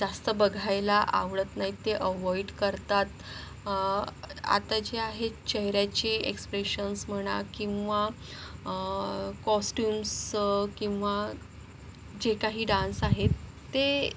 जास्त बघायला आवडत नाहीत ते अव्हॉइड करतात आता जे आहे चेहऱ्याचे एक्सप्रेशन्स म्हणा किंवा कॉस्ट्यूम्स किंवा जे काही डान्स आहेत ते